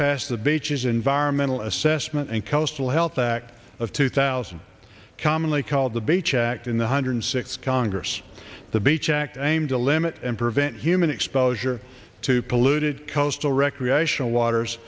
passed the beaches environmental assessment and coastal health act two thousand commonly called the beach act in the hundred six congress the beach act i aim to limit and prevent human exposure to polluted coastal recreational waters